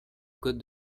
code